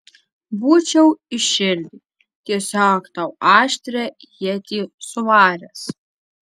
būčiau į širdį tiesiog tau aštrią ietį suvaręs